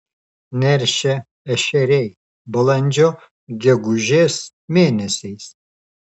neršia ešeriai balandžio gegužės mėnesiais